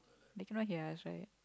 they cannot hear us right